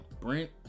Brent